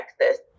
Texas